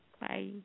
Bye